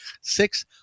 six